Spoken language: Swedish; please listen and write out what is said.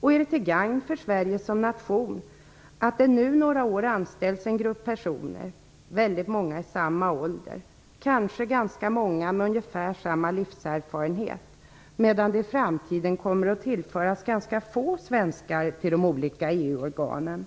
Är det till gagn för Sverige som nation att det nu några år anställs en grupp personer, väldigt många i samma ålder, kanske ganska många med ungefär samma livserfarenhet, medan det i framtiden kommer att tillföras ganska få svenskar till de olika EU-organen?